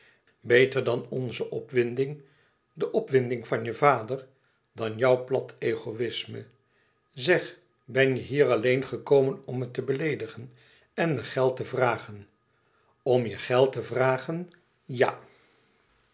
beter dan onze opwinding de opwinding van je vader dan jouw plat egoïsme zeg ben je hier alleen gekomen om me te beleedigen en me geld te vragen om je geld te vragen ja